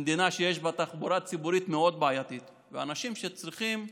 במדינה שיש בה תחבורה ציבורית מאוד בעייתית אנשים שצריכים שיקום,